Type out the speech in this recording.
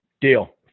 Deal